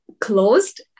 closed